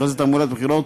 ובכלל זה תעמולת בחירות,